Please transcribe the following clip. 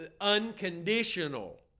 unconditional